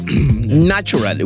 Naturally